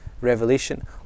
revelation